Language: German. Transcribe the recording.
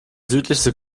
südlichste